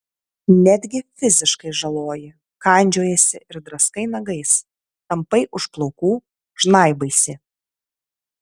netgi fiziškai žaloji kandžiojiesi ir draskai nagais tampai už plaukų žnaibaisi